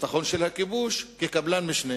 הביטחון של הכיבוש כקבלן משנה.